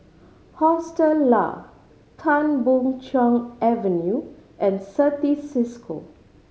Hostel Lah Tan Boon Chong Avenue and Certis Cisco